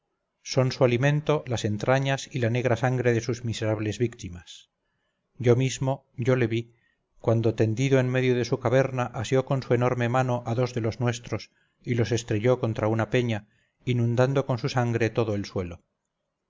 son su alimento las entrañas y la negra sangre de sus miserables víctimas yo mismo yo le vi cuando tendido en medio de su caverna asió con su enorme mano a dos de los nuestros y los estrelló contra una peña inundando con su sangre todo el suelo